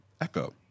echo